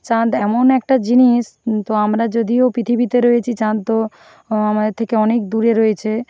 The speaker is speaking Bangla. চাঁদ এমন একটা জিনিস কিন্তু আমরা যদিও পৃথিবীতে রয়েছি চাঁদ তো আমাদের থেকে অনেক দূরে রয়েছে